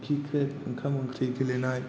cricket ओंखाम ओंख्रि गेलेनाय